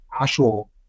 actual